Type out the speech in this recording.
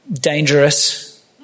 dangerous